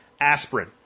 Aspirin